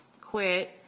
quit